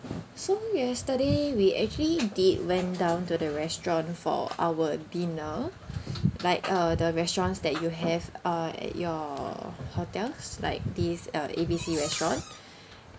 so yesterday we actually did went down to the restaurant for our dinner like uh the restaurants that you have uh at your hotels like this uh A B C restaurant